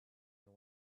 your